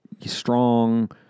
strong